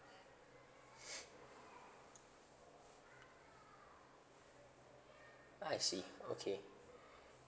I see okay